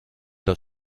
das